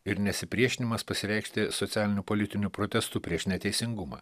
ir nesipriešinimas pasireikšti socialinių politinių protestų prieš neteisingumą